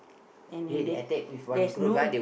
then then there's there's no